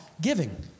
giving